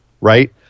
Right